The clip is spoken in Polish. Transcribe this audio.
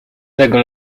tego